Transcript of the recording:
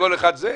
כל אחד זה.